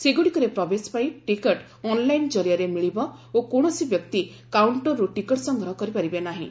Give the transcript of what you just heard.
ସେଗୁଡ଼ିକରେ ପ୍ରବେଶ ପାଇଁ ଟିକଟ ଅନ୍ଲାଇନ୍ କରିଆରେ ମିଳିବ ଓ କୌଣସି ବ୍ୟକ୍ତି କାଉଣ୍ଟରରୁ ଟିକଟ ସଂଗ୍ରହ କରିପାରିବେ ନାହିଁ